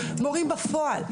מורים בפועל,